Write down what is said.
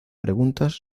preguntas